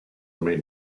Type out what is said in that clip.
may